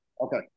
Okay